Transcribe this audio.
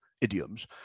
idioms